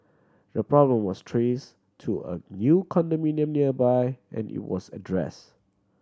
the problem was trace to a new condominium nearby and it was address